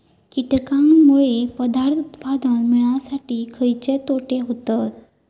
कीटकांनमुळे पदार्थ उत्पादन मिळासाठी खयचे तोटे होतत?